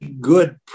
good